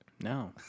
No